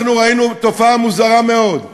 אנחנו ראינו תופעה מוזרה מאוד,